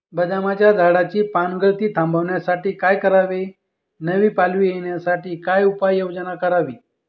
बदामाच्या झाडाची पानगळती थांबवण्यासाठी काय करावे? नवी पालवी येण्यासाठी काय उपाययोजना करावी?